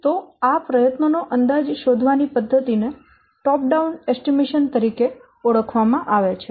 તો આ પ્રયત્નો નો અંદાજ શોધવાની પદ્ધતિ ને ટોપ ડાઉન અંદાજ તરીકે ઓળખવામાં આવે છે